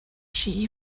she